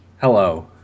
Hello